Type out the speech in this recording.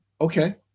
Okay